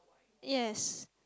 yes